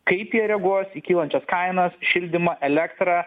kaip jie reaguos į kylančias kainas šildymą elektrą